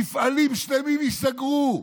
מפעלים שלמים ייסגרו.